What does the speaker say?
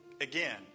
Again